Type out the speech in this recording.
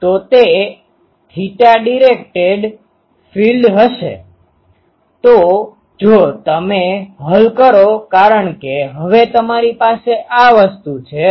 તો તે theta directed field હશે તો જો તમે હલ કરો કારણ કે હવે તમારી પાસે આ વસ્તુ છે